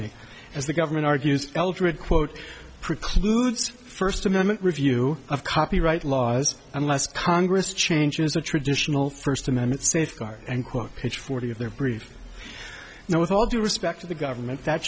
dichotomy as the government argues eldrid quote precludes first amendment review of copyright laws unless congress changes the traditional first amendment safeguard and quote page forty of their brief now with all due respect to the government that